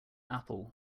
apple